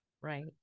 Right